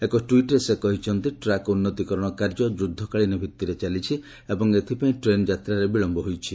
ଏକ ଟ୍ସିଟ୍ରେ ସେ କହିଛନ୍ତି ଟ୍ରାକ୍ ଉନ୍ନତିକରଣ କାର୍ଯ୍ୟ ଯୁଦ୍ଧକାଳୀନ ଭିତ୍ତିରେ ଚାଲିଛି ଏବଂ ଏଥିପାଇଁ ଟ୍ରେନ୍ ଯାତ୍ରାରେ ବିଳମ୍ଘ ହୋଇଛି